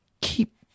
keep